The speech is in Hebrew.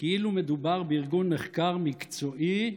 כאילו מדובר בארגון מחקר מקצועי,